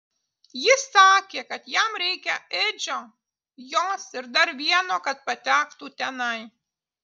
jis sakė kad jam reikia edžio jos ir dar vieno kad patektų tenai